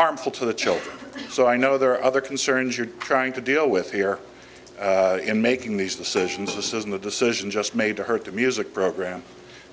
harmful to the chill so i know there are other concerns you're trying to deal with here in making these decisions this isn't a decision just made to hurt the music program